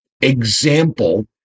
example